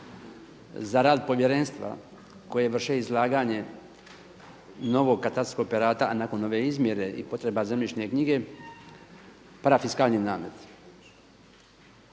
za rad povjerenstva koje vrše izlaganje novog katastarskog operata, a nakon ove izmjere i potreba zemljišne knjige parafiskalni namet.